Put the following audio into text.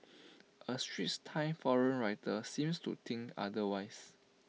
A straits time forum writer seems to think otherwise